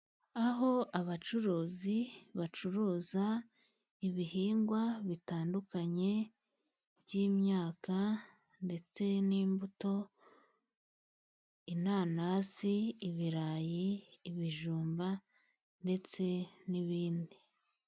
Aho abacuruzi bacuruza ibihingwa bitandukanye by'imyaka ndetse n'imbuto inanasi, ibirayi, ibijumba ndetse n'ibindi.